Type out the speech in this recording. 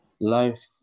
Life